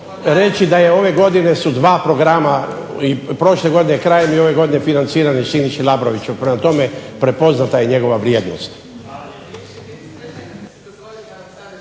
reći da je ove su dva programa i prošle godine krajem i ove godine financirani Siniši Labroviću. Prema tome, prepoznata je njegova vrijednost.